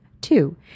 Two